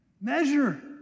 measure